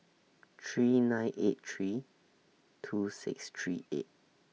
three nine eight three two six three eight